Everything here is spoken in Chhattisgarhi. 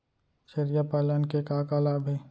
छेरिया पालन के का का लाभ हे?